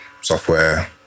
software